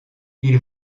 ils